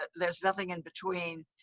there's nothing in between.